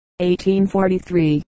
1843